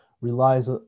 relies